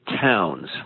towns